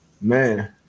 man